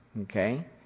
Okay